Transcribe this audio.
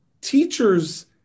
teachers